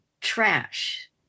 trash